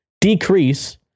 decrease